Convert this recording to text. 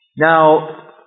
Now